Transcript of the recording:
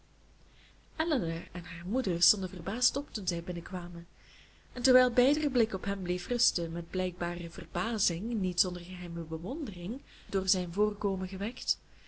elinor en haar moeder stonden verbaasd op toen zij binnenkwamen en terwijl beider blik op hem bleef rusten met blijkbare verbazing niet zonder geheime bewondering door zijn voorkomen gewekt